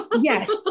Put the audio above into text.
Yes